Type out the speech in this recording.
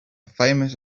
famous